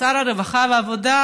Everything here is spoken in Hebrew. שר העבודה והרווחה,